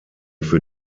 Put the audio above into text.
für